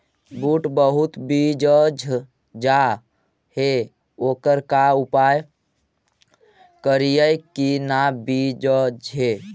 बुट बहुत बिजझ जा हे ओकर का उपाय करियै कि न बिजझे?